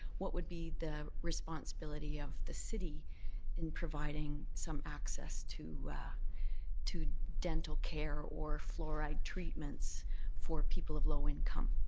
what would be the responsibility of the city in providing some access to to dental care or fluoride treatments for people of low income?